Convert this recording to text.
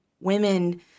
women